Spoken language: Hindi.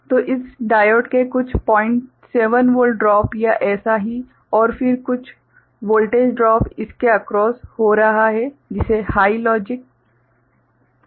तो इस डायोड के कुछ 07 वोल्टेज ड्रॉप या एसा ही और फिर कुछ वोल्टेज ड्रॉप इसके अक्रॉस हो रहा है जिसे लॉजिक हाइ माना जाएगा